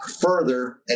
further